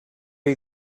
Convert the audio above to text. you